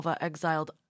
exiled